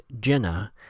jenna